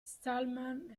stallman